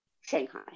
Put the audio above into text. Shanghai